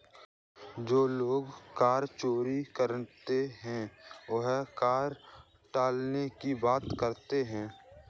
जो लोग कर चोरी करते हैं वही कर टालने की बात करते हैं